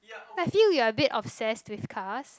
I feel we are a bit obsessed with cars